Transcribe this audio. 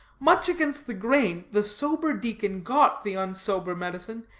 much against the grain, the sober deacon got the unsober medicine,